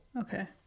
Okay